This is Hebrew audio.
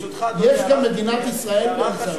יש גם מדינת ישראל באמצע, רבותי.